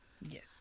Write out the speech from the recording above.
Yes